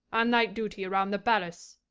on night duty around the palace.